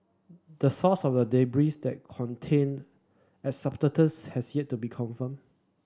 the source of the debris that contained asbestos has yet to be confirmed